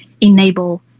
enable